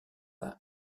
pas